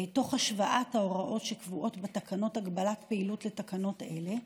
תוך השוואת ההוראות שקבועות בתקנות הגבלת פעילות לתקנות אלה,